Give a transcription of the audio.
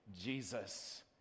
Jesus